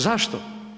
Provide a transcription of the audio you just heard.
Zašto?